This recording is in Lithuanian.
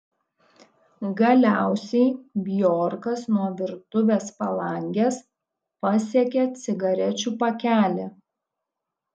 galiausiai bjorkas nuo virtuvės palangės pasiekė cigarečių pakelį